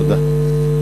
תודה.